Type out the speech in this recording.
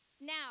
Now